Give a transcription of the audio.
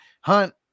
Hunt